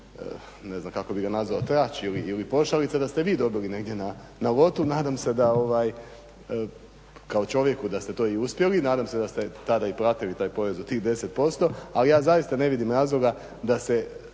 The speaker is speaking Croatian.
ne znam kako bih ga nazvao trač ili pošalica da ste vi dobili negdje na lotu. Nadam se da kao čovjek da ste to i uspjeli. Nadam se da ste tada i platili taj porez od tih 10%. Ali ja zaista ne vidim razloga da se,